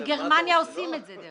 בגרמניה עושים את זה.